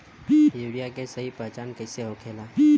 Urea के सही पहचान कईसे होखेला?